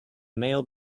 male